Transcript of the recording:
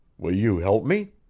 will you help me?